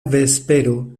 vespero